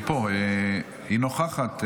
היא פה, היא נוכחת.